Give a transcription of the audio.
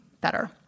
better